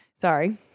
sorry